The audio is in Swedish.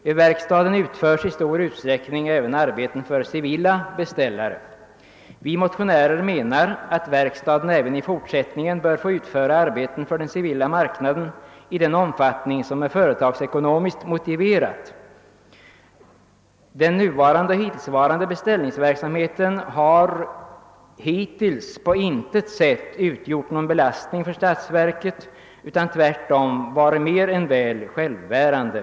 Vid verkstaden utförs i stor utsträckning även arbeten för civila beställare. Vi motionärer menar att verkstaden även i fortsättningen bör få utföra arbeten för den civila marknaden i den omfattning som är företagsekonomiskt motiverad. Den hittillsvarande <beställningsverksamheten har nämligen på intet sätt utgjort någon belastning för statsverket, utan tvärtom varit mer än självbärande.